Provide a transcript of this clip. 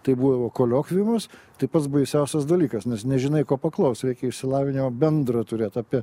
tai būdavo koliokviumas tai pats baisiausias dalykas nes nežinai ko paklaus reikia išsilavinimo bendrą turėt apie